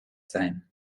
sein